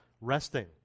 resting